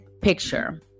picture